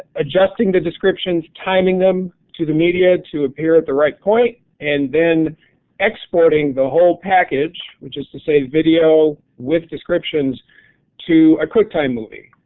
adjusting the descriptions, timing them to the media to appear at the right point and then exporting the whole package, which is to say video with descriptions to a quicktime movie.